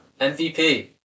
MVP